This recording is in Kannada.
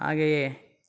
ಹಾಗೆಯೇ